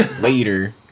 Later